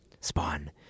spawn